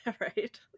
Right